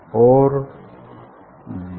हमें इन दोनों रेज़ के बीच में इंटरफेरेंस मिलेगा